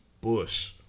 Bush